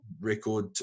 record